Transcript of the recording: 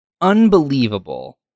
unbelievable